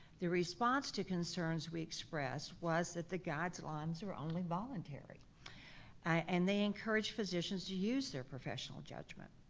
the response to concerns we expressed was that the guides lines were only voluntary and they encourage physicians to use their professional judgment.